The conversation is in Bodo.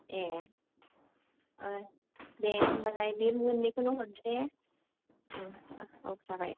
ए दे होनबालाय बे मोननैखौनो हरदो दे औ जाबाय